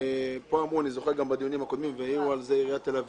גם בדיונים הקודמים העירו שאם